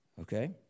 Okay